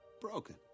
Broken